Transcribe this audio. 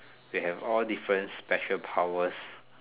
they all have different special powers